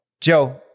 Joe